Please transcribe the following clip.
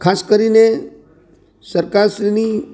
ખાસ કરીને સરકારશ્રીની